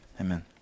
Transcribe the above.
amen